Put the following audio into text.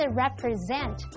represent